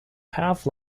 half